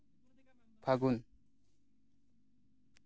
ᱯᱷᱟᱹᱜᱩᱱ